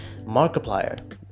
Markiplier